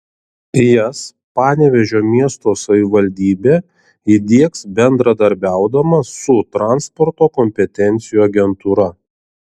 jas panevėžio miesto savivaldybė įdiegs bendradarbiaudama su transporto kompetencijų agentūra